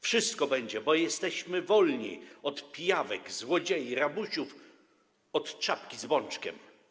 Wszystko będzie - bo jesteśmy wolni od pijawek, złodziei, rabusiów, od czapki z bączkiem.